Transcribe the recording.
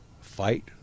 Fight